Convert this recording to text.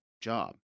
job